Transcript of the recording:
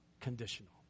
conditional